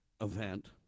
event